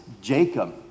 Jacob